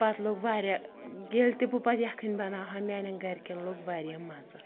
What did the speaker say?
پَتہٕ لوٚگ واریاہ ییٚلہِ تہِ بہٕ پَتہٕ یَکٕھنۍ بَناوہَا میٛانِؠن گَرکِؠن لوٚگ واریاہ مَزٕ